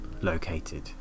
located